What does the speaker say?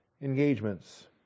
engagements